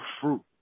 fruit